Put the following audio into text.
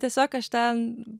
tiesiog aš ten